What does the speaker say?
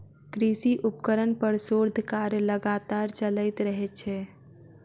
कृषि उपकरण पर शोध कार्य लगातार चलैत रहैत छै